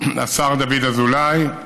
השר דוד אזולאי,